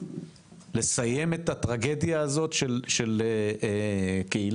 לסיים את הטרגדיה הזאת של קהילה?